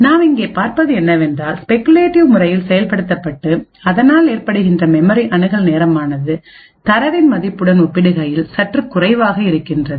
நாம்இங்கே பார்ப்பது என்னவென்றால் ஸ்பெகுலேட்டிவ் முறையில் செயல்படுத்தப்பட்டு அதனால் ஏற்படுகின்ற மெமரி அணுகல் நேரமானதுதரவின் மதிப்புடன் ஒப்பிடுகையில் சற்று குறைவாக இருக்கின்றது